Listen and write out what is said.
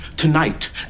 Tonight